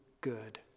good